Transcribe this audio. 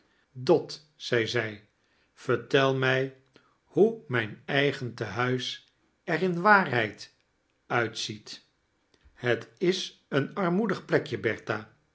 dot zeide zij vertel mij hoe mijn eigen tehuis er in waarheid uifcziet het is een armoedig plekje